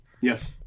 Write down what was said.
Yes